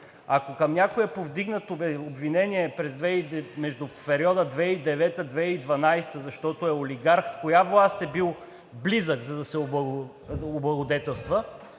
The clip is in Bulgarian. Ако към някого е повдигнато обвинение в периода между 2009 – 2012 г., защото е олигарх, с коя власт е бил близък, за да се облагодетелства?